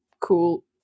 cool